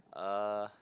uh